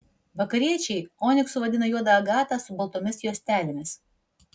vakariečiai oniksu vadina juodą agatą su baltomis juostelėmis